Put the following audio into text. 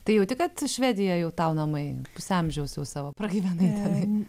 tai jauti kad švedija jau tau namai pusę amžiaus jau savo pragyvenai tenai